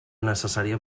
necessària